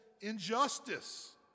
injustice